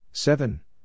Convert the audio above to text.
Seven